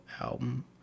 album